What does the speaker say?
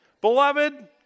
beloved